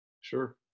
Sure